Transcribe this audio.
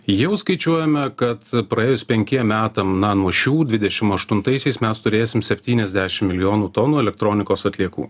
jau skaičiuojame kad praėjus penkiem metam na nuo šių dvidešim aštuntaisiais mes turėsim septyniasdešim milijonų tonų elektronikos atliekų